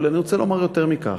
אבל אני רוצה לומר יותר מכך: